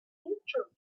youtube